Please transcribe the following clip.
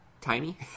tiny